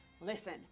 Listen